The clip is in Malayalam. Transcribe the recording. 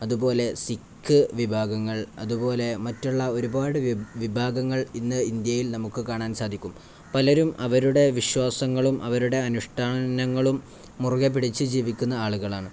അതുപോലെ സിക്ക് വിഭാഗങ്ങൾ അതുപോലെ മറ്റുള്ള ഒരുപാട് വിഭാഗങ്ങൾ ഇന്ന് ഇന്ത്യയിൽ നമുക്കു കാണാൻ സാധിക്കും പലരും അവരുടെ വിശ്വാസങ്ങളും അവരുടെ അനുഷ്ഠാനങ്ങളും മുറുകെപ്പിടിച്ചു ജീവിക്കുന്ന ആളുകളാണ്